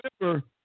remember